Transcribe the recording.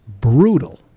brutal